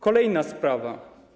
Kolejna sprawa.